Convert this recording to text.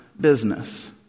business